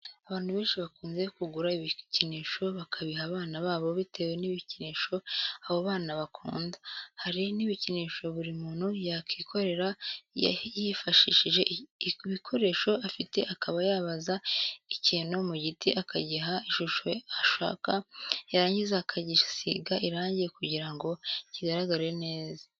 Abantu benshi bakunze kugura ibikinisho bakabiha abana babo bitewe n'ibikinisho abo bana bakunda, hari n'ibikinisho buri muntu yakikorera yifashishije ibikoresho afite akaba yabaza ikintu mu giti akagiha ishusho ashaka yarangiza akagisiga irange kugira ngo kigaragare neza.